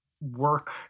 work